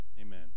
amen